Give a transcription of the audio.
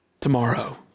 tomorrow